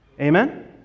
Amen